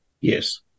Yes